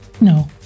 No